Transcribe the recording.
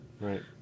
Right